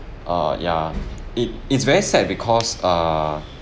uh yeah it it's very sad because err